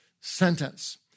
sentence